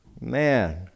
man